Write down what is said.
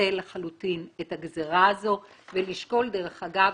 לבטל לחלוטין את הגזרה הזאת ולשקול דרך אגב,